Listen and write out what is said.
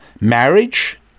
marriage